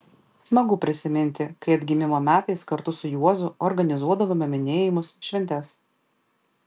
smagu prisiminti kai atgimimo metais kartu su juozu organizuodavome minėjimus šventes